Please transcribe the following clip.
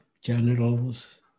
genitals